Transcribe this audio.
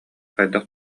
хайдах